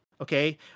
okay